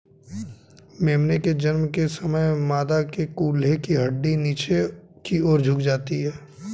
मेमने के जन्म के समय मादा के कूल्हे की हड्डी नीचे की और झुक जाती है